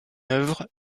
œuvre